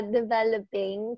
developing